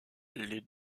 les